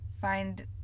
find